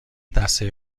دستی